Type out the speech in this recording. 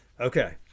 Okay